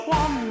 one